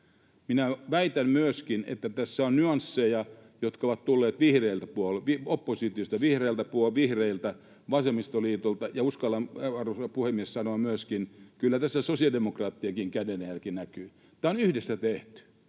Minä väitän myöskin, että tässä on nyansseja, jotka ovat tulleet oppositiosta, vihreiltä, vasemmistoliitolta, ja uskallan, arvoisa puhemies, sanoa myöskin, että kyllä tässä sosiaalidemokraattienkin kädenjälki näkyy. Tämä on yhdessä tehty,